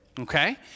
okay